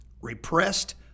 repressed